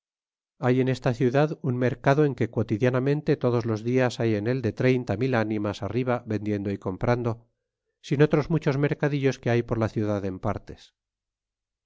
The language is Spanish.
tenian hechos ta ciudad un mercado en que quotidianamente todos los dias hay en él de treinta mil ánimas arriba vendiendo y comprando sin otros muchos mercadillos que hay por la ciudad en partes